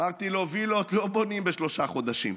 אמרתי לו: וילות לא בונים בשלושה חודשים,